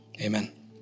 Amen